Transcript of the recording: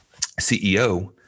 CEO